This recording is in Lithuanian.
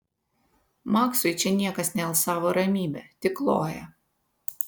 maksui čia niekas nealsavo ramybe tik kloja